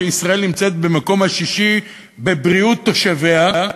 שישראל נמצאת במקום השישי בבריאות תושביה,